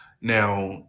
Now